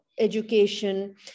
education